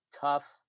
tough